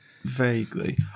vaguely